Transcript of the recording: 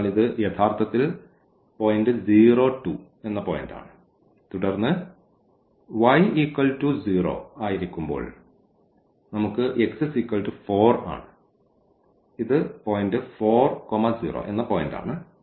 അതിനാൽ ഇത് യഥാർത്ഥത്തിൽ പോയിന്റ് 02 ആണ് തുടർന്ന് y0 ആയിരിക്കുമ്പോൾ നമുക്ക് x4 ആണ് ഇത് പോയിന്റ് 4 0 ആണ്